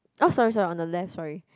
orh sorry sorry on the left sorry